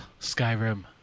Skyrim